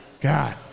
God